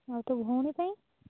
ଆଉ ତୋ ଭଉଣୀ ପାଇଁ